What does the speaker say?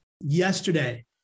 yesterday